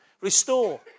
restore